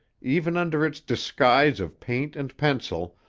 even under its disguise of paint and pencil,